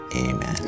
amen